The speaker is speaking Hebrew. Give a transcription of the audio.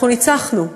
אנחנו ניצחנו,